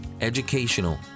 educational